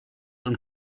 und